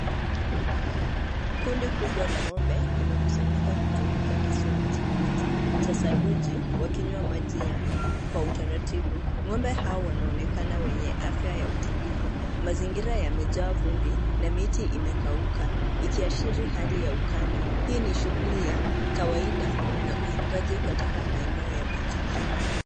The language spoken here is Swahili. Kundi kubwa la ng'ombe limekusanyika kuzunguka kisima cha maji cha saruji wakinywa maji ya kwa utaratibu. Ng'ombe hao wanaonekana wenye afya ya utulivu. Mazingira yamejaa vumbi na miti imekauka ikiashiri hali ya ukame. Hii ni shughuli ya kawaida na ufugaji katika maeneo ya vijijini.